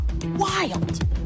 Wild